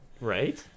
Right